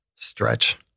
Stretch